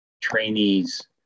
trainees